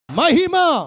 mahima